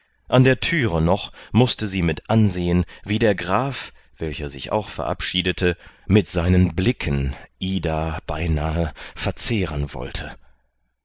an der türe noch mußte sie mit ansehen wie der graf welcher sich auch verabschiedete mit seinen blicken ida beinahe verzehren wollte